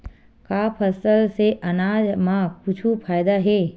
का फसल से आनाज मा कुछु फ़ायदा हे?